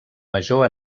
major